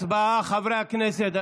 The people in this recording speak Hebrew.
הצבעה, חברי הכנסת.